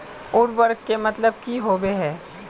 उर्वरक के मतलब की होबे है?